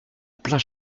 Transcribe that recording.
plein